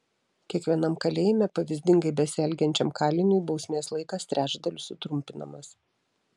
kiekvienam kalėjime pavyzdingai besielgiančiam kaliniui bausmės laikas trečdaliu sutrumpinamas